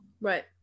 right